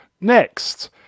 Next